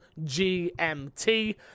GMT